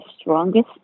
strongest